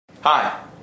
Hi